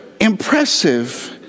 impressive